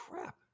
crap